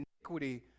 iniquity